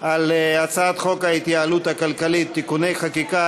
על הצעת חוק ההתייעלות הכלכלית (תיקוני חקיקה